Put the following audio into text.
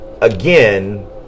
again